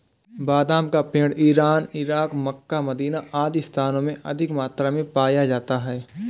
बादाम का पेड़ इरान, इराक, मक्का, मदीना आदि स्थानों में अधिक मात्रा में पाया जाता है